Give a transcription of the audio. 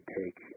take